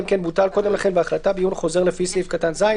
אם כן בוטל קודם לכן בהחלטה בעיון חוזר לפי סעיף קטן (ז),